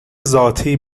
ذاتی